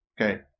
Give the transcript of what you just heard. Okay